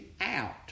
out